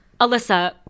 Alyssa